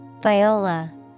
Viola